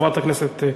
חברת הכנסת,